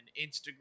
instagram